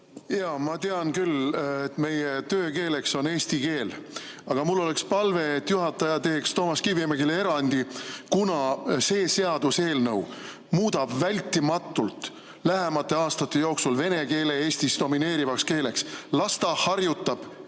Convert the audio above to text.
Ma tean küll, et meie töökeeleks on eesti keel, aga mul oleks palve, et juhataja teeks Toomas Kivimägile erandi, kuna see seaduseelnõu muudab vältimatult lähemate aastate jooksul vene keele Eestis domineerivaks keeleks. Las ta harjutab